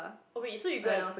we so you got have